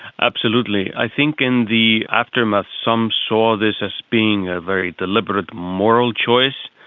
absolutely. i think in the aftermath some saw this as being a very deliberate moral choice.